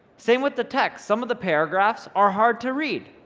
same with the text. some of the paragraphs are hard to read.